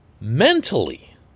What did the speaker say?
Mentally